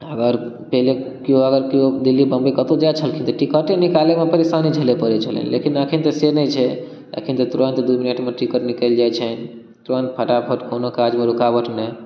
अगर पहले केओ अगर केओ दिल्ली बम्बई कतौ जाइ छलखिन तऽ टिकटे निकालै मे परेशानी झेले परै छनि लेकिन अखन जे छै से नहि छै अखन तऽ तुरन्त दू मिनट मे टिकट निकलि जाइ छै तुरन्त फटाफट कोनो काजमे रुकावट नहि